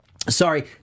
Sorry